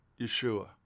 Yeshua